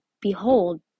Behold